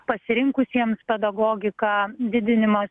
pasirinkusiems pedagogiką didinimas